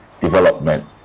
development